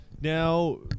Now